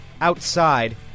outside